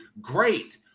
Great